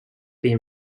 been